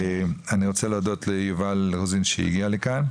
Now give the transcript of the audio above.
אני רוצה להודות ליובל רזין שהגיע לכאן.